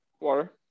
Water